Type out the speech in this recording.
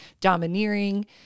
domineering